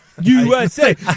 USA